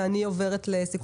ואני עוברת לסיכום הדיון.